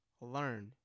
learn